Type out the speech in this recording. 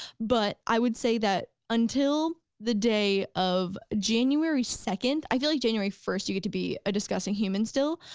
but i would say that, until the day of january second, i feel like january first, you get to be a discussing human still,